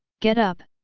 get up,